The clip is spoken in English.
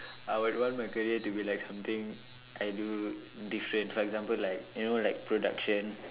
I would want my career to be like something I do different for example like you know like production